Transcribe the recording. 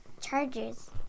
Chargers